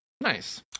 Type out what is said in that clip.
Nice